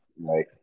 Right